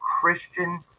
Christian